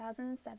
2007